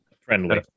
Friendly